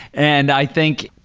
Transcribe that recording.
and i think,